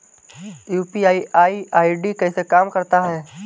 UPI ID कैसे काम करता है?